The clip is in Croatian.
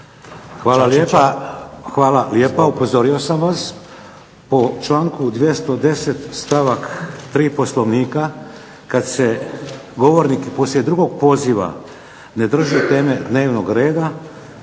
Hvala lijepa. Upozorio sam vas. Po članku 210. stavak 3. Poslovnika kad se govornik uslijed drugog poziva ne drži teme dnevnog reda